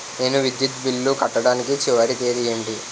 నేను విద్యుత్ బిల్లు కట్టడానికి చివరి తేదీ ఏంటి?